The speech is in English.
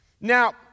Now